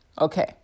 Okay